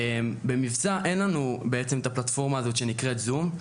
במבצע אין לנו את הפלטפורמה הזאת שנקראת זום,